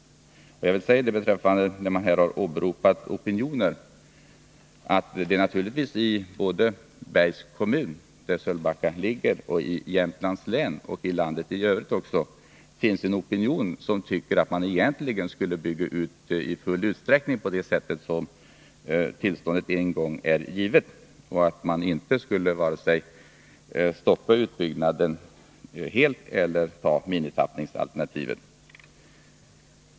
Jag vill säga, när man här har åberopat opinioner, att det naturligtvis i både Bergs kommun, där Sölvbacka ligger, och i Jämtlands län — liksom i landet i övrigt också — finns en opinion som tycker att man egentligen borde bygga ut strömmarna i full utsträckning, i enlighet med det tillstånd till utbyggnad som en gång är givet och att man inte skulle vare sig stoppa utbyggnaden helt eller välja minimitappningsalternativet.